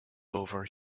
over